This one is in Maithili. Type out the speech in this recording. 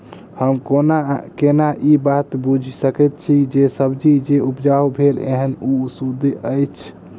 हम केना ए बात बुझी सकैत छी जे सब्जी जे उपजाउ भेल एहन ओ सुद्ध अछि?